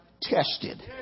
tested